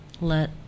let